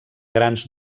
grans